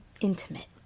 intimate